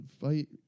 fight